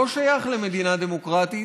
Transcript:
לא שייך למדינה דמוקרטית,